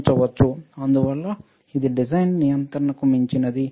అందువల్ల ఇది డిజైన్ నియంత్రణకు మించినది